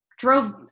Drove